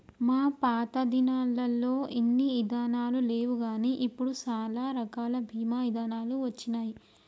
మా పాతదినాలల్లో ఇన్ని ఇదానాలు లేవుగాని ఇప్పుడు సాలా రకాల బీమా ఇదానాలు వచ్చినాయి